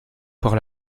port